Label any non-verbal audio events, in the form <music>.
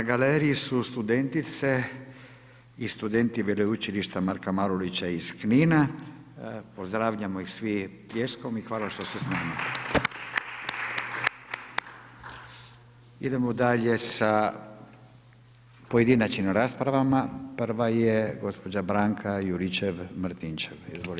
Na galeriji su studentice i studenti Veleučilišta Marka Marulića iz Knina, pozdravljamo ih svi pljeskom i hvala što ste s nama … <applause> Idemo dalje sa pojedinačnim rasprava, prva je gospođa Branka Juričev Martinčev, izvolite.